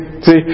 See